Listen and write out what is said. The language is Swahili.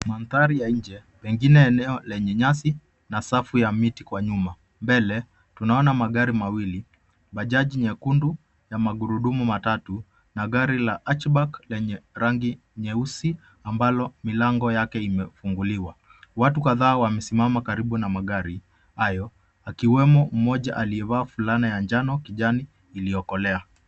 Mandhari ya nje, pengine eneo lenye nyasi na safu ya miti kwa nyuma. Mbele tunaona magari mawili, bajaj nyekundu na magurudumu matatu na gari la hatchback lenye rangi nyeusi ambalo milango yake imefunguliwa. Watu kadhaa wamesimama karibu na magari hayo akiwemo mmoja aliyevaa fulana ya njano kijani iliyokolea.